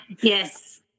Yes